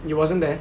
you wasn't there